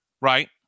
Right